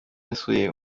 yasuye